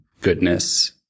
goodness